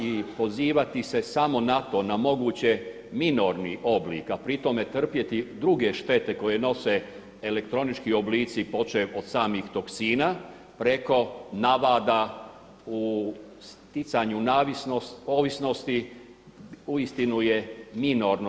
I pozivati se samo na to na moguće minorni oblik a pri tome trpjeti druge štete koje nose elektronički oblici počev od samih toksina preko navada u stjecanju ovisnosti uistinu je minorno.